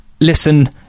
listen